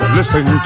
Listen